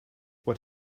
what